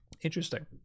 Interesting